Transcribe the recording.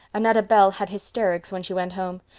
annetta bell had hysterics when she went home.